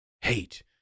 hate